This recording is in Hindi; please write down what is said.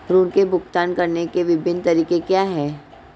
ऋृण के भुगतान करने के विभिन्न तरीके क्या हैं?